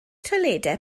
toiledau